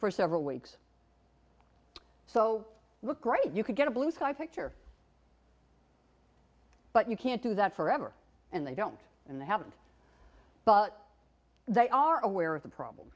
for several weeks so look great you can get a blue sky picture but you can't do that forever and they don't and they haven't but they are aware of the problem